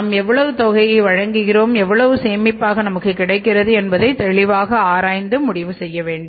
நாம் எவ்வளவு தொகையை வழங்குகிறோம் எவ்வளவு சேமிப்பாக நமக்கு கிடைக்கிறது என்பதை தெளிவாக ஆராய்ந்து முடிவு செய்ய வேண்டும்